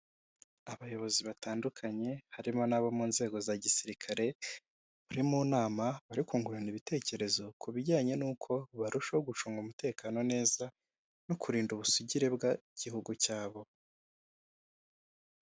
Abayobozi batandukanye harimo n'abo mu nzego za gisirikare bari mu nama bari kungurana ibitekerezo ku bijyanye n'uko barushaho gucunga umutekano neza no kurinda ubusugire bw'igihugu cyabo.